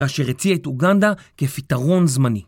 אשר הציע את אוגנדה כפתרון זמני.